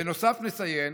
בנוסף נציין,